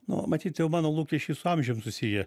nu matyt jau mano lūkesčiai su amžium susiję